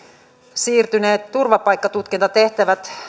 siirtyneet turvapaikkatutkintatehtävät